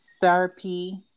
therapy